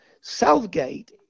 Southgate